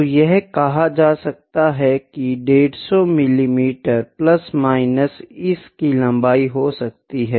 तो यह कहा जा सकता है की 150 मिमी प्लस माइनस इस की लम्बाई हो सकती है